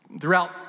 Throughout